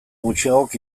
gutxiagok